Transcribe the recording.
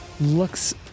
looks